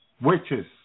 Witches